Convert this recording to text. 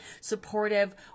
supportive